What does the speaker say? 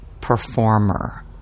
performer